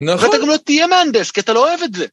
נכון? אתה גם לא תהיה מנדס, כי אתה לא אוהב את זה.